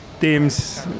teams